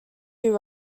two